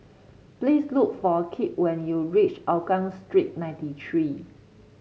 please look for Kipp when you reach Hougang Street ninety three